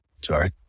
sorry